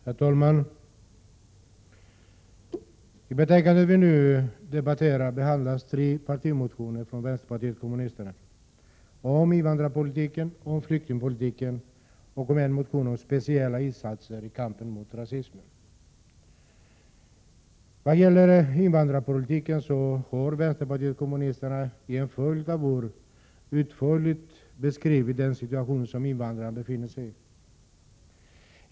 Herr talman! I det betänkande vi nu debatterar behandlas tre partimotioner från vänsterpartiet kommunisterna: en om invandrarpolitiken, en om flyktingpolitiken och en om speciella insatser i kampen mot rasismen. Vad gäller invandrarpolitiken har vänsterpartiet kommunisterna under en följd av år utförligt beskrivit den situation som invandraren befinner sig i.